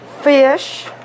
fish